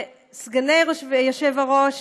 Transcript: שסגני היושב-ראש